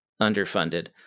underfunded